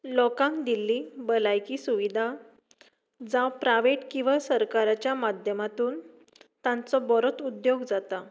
लोकांक दिल्ली भलायकी सुविधा जावं प्रायवेट किंवा सरकाराच्या माध्यमांतून तांचो बरोच उद्योग जाता